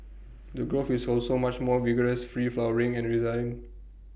the growth is also much more vigorous free flowering and resilient